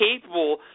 capable